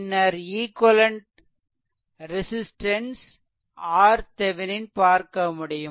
பின்னர் equivalent resistance RThevenin பார்க்கமுடியும்